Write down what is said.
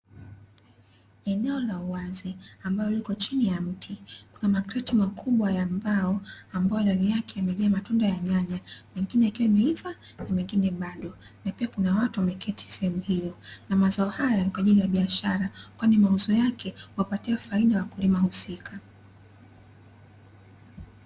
Eneo la uwazi ambalo liko chini ya mti, kuna makreti makubwa ya mbao ambayo ndani yake yamejaa matunda ya nyanya, mengine yakiwa yameiva na mengine bado, na pia kuna watu wameketi sehemu hiyo. Na mazao hayo ni kwa ajili ya biashara, kwani mauzo yake huwapatia faida wakulima husika.